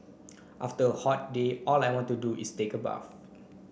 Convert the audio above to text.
after a hot day all I want to do is take a bath